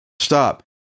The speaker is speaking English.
Stop